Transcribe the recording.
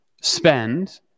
spend